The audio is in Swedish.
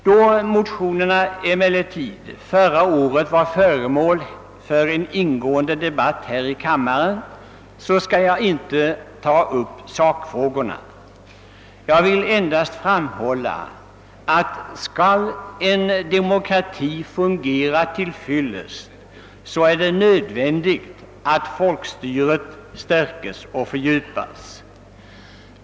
Då motionerna förra året var föremål för en ingående debatt här i kammaren skall jag inte ta upp sakfrågorna. Jag vill endast framhålla, att om en demokrati skall fungera tillfredsställande, är det nödvändigt att folkstyret stärks och fördjupas.